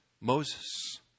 Moses